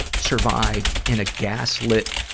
survive in a gaslit